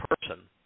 person